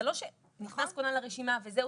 זה לא שנכנס כונן לרשימה וזהו,